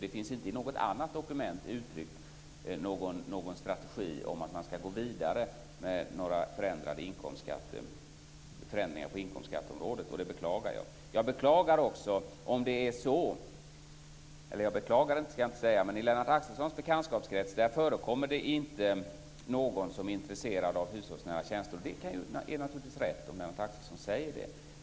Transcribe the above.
Det finns inte i något annat dokument uttryckt någon strategi om att gå vidare med förändringar på inkomstskatteområdet. Det beklagar jag. I Lennart Axelssons bekantskapskrets förekommer det inte någon som är intresserad av hushållsnära tjänster. Det är naturligtvis rätt om Lennart Axelsson säger det.